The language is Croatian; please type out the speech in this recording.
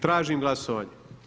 Tražim glasovanje.